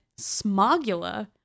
Smogula